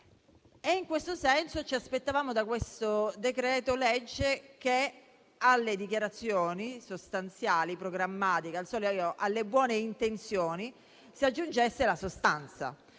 in tal senso da questo decreto-legge che alle dichiarazioni sostanziali e programmatiche, alle buone intenzioni, si aggiungesse la sostanza.